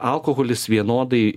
alkoholis vienodai